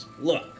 Look